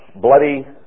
bloody